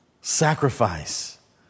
sacrifice